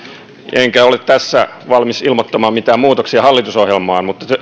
enkä ole tässä valmis ilmoittamaan mitään muutoksia hallitusohjelmaan mutta